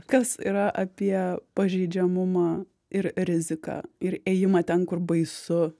kas yra apie pažeidžiamumą ir riziką ir ėjimą ten kur baisu